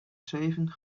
zeven